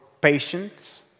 patience